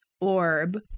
orb